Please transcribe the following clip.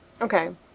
Okay